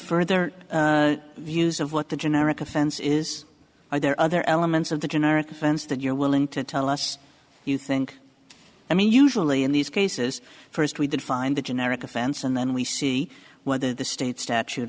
further views of what the generic offense is are there other elements of the generic offense that you're willing to tell us you think i mean usually in these cases first we did find the generic offense and then we see whether the state statute